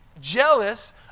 jealous